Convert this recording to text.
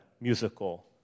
musical